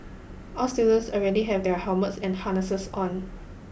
all students already have their helmets and harnesses on